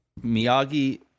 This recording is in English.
Miyagi